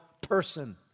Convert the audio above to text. person